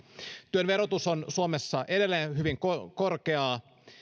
työn verotus on suomessa edelleen hyvin korkeaa